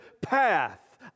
path